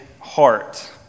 heart